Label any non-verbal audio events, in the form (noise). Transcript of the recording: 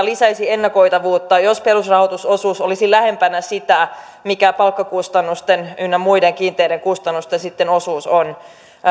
(unintelligible) lisäisi ennakoitavuutta jos perusrahoitusosuus olisi lähempänä sitä mikä palkkakustannusten ynnä muiden kiinteiden kustannusten osuus on